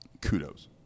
Kudos